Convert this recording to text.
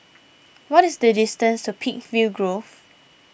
what is the distance to Peakville Grove